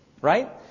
right